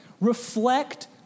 reflect